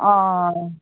অ